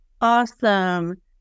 Awesome